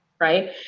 right